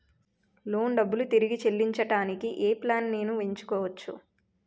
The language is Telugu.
లోన్ డబ్బులు తిరిగి చెల్లించటానికి ఏ ప్లాన్ నేను ఎంచుకోవచ్చు?